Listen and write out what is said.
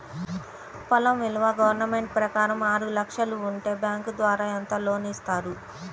పొలం విలువ గవర్నమెంట్ ప్రకారం ఆరు లక్షలు ఉంటే బ్యాంకు ద్వారా ఎంత లోన్ ఇస్తారు?